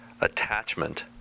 attachment